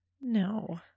No